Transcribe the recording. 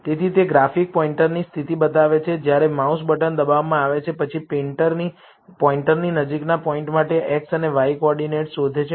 તેથી તે ગ્રાફિક પોઇન્ટરની સ્થિતિ બતાવે છે જ્યારે માઉસ બટન દબાવવામાં આવે છે પછી પોઇન્ટરની નજીકના પોઇન્ટ માટે x અને y કોઓર્ડિનેટ્સ શોધે છે